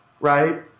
right